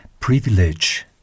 Privilege